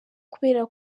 kubera